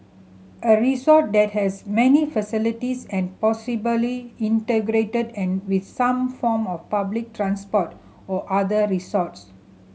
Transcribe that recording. a resort that has many facilities and possibly integrated and with some form of public transport or other resorts